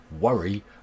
worry